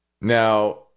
Now